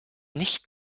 nicht